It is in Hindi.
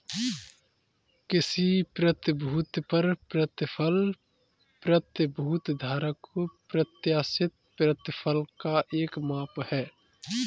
किसी प्रतिभूति पर प्रतिफल प्रतिभूति धारक को प्रत्याशित प्रतिफल का एक माप है